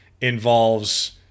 involves